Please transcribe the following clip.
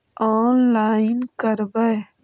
Online करवे?